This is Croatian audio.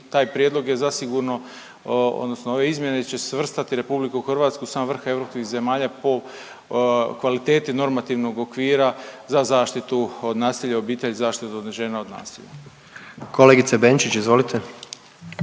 taj prijedlog je zasigurno, odnosno ove izmjene će svrstati RH u sam vrh europskih zemalja po kvaliteti normativnog okvira za zaštitu od nasilja u obitelji i zaštitu žena od nasilja. **Jandroković, Gordan